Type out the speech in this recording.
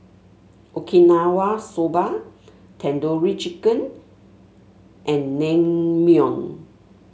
Okinawa Soba Tandoori Chicken and Naengmyeon